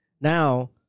Now